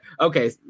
okay